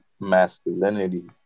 masculinity